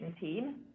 team